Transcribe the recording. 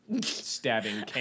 stabbing